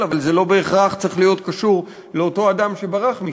אבל זה לא בהכרח צריך להיות קשור לאותו אדם שברח משם.